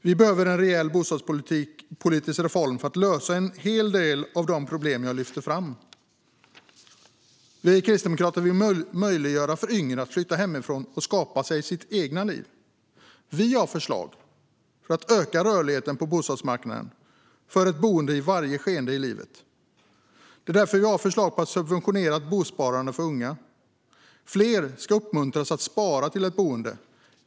Vi behöver en rejäl bostadspolitisk reform för att lösa en hel del av de problem jag lyfter fram. Vi kristdemokrater vill möjliggöra för yngre att flytta hemifrån och skapa sig sina egna liv. Vi har förslag för att öka rörligheten på bostadsmarknaden, för ett boende för varje skeende i livet. Därför har vi förslag på ett subventionerat bosparande för unga. Fler ska uppmuntras att spara till ett boende.